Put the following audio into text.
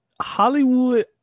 Hollywood